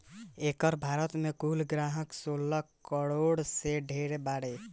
एकर भारत मे कुल ग्राहक सोलह करोड़ से ढेर बारे